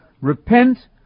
Repent